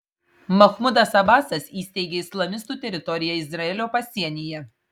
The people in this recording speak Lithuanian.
mahmudas abasas įsteigė islamistų teritoriją izraelio pasienyje